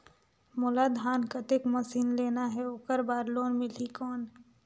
मोला धान कतेक मशीन लेना हे ओकर बार लोन मिलही कौन?